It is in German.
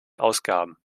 ausgaben